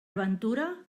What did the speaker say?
ventura